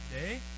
day